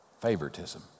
favoritism